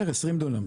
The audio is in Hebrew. בערך 20 דונם.